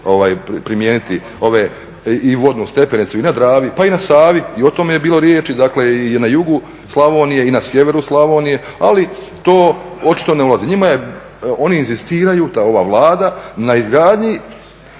primijeniti ove, i vodnu stepenicu i na Dragi, pa i na Savi i o tome je bilo riječi, dakle i na jugu Slavonije, i na sjeveru Slavonije, ali to očito ne ulazi. Njima je, oni inzistiraju, ova Vlada na izgradnji